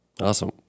Awesome